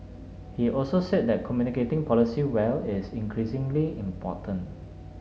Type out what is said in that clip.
he also said that communicating policy well is increasingly important